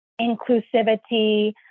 inclusivity